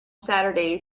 saturday